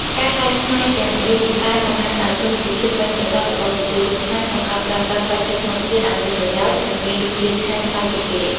ការកែច្នៃទាំងនេះបានបង្ហាញឱ្យឃើញពីភាពប៉ិនប្រសប់របស់ប្រជាជនខ្មែរក្នុងការប្រើប្រាស់ផ្លែឈើធម្មជាតិឱ្យមានប្រយោជន៍ និងមានរសជាតិឆ្ងាញ់ប្លែកពីគេ។